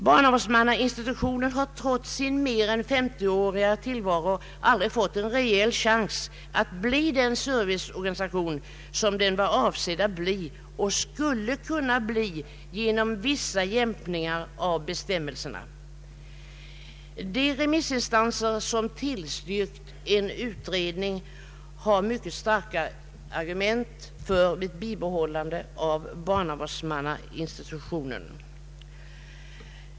Barnavårdsmannainstitutionen har trots sin mer än 50-åriga tillvaro aldrig fått en reell chans att bli den serviceorganisation som den var avsedd att bli och skulle kunna bli genom vissa jämkningar i bestämmelserna. De remissinstanser som tillstyrkt en utredning har mycket starka argument för ett bibehållande av barnavårdsmannainstitutionen.